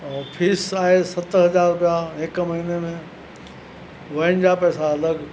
और फीस आहे सत हज़ार रुपया हिकु महीने में वैन जा पैसा अलॻि